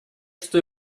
что